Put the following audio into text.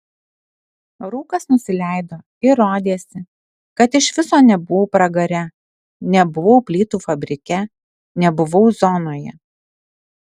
rūkas nusileido ir rodėsi kad iš viso nebuvau pragare nebuvau plytų fabrike nebuvau zonoje